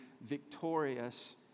victorious